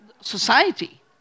society